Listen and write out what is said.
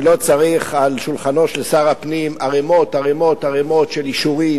שלא צריך על שולחנו של שר הפנים ערימות ערימות של אישורים.